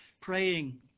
praying